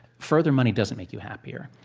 further money doesn't make you happier.